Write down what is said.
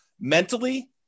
mentally